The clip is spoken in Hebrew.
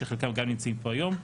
שחלקם גם נמצאים פה היום.